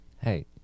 hey